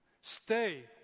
Stay